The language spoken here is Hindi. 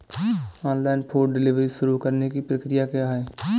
ऑनलाइन फूड डिलीवरी शुरू करने की प्रक्रिया क्या है?